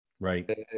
Right